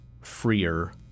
freer